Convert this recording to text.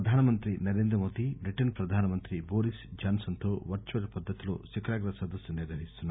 ప్రధానమంత్రి నరేంద్రమోదీ బ్రిటస్ ప్రధానమంత్రి చోరిస్ జాన్సస్ తో వర్చువల్ పద్దతిలో శిఖరాగ్ర సమాపేశం నిర్వహిస్తున్నారు